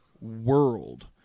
world